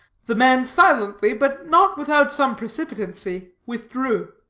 the man silently, but not without some precipitancy, withdrew.